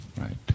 Right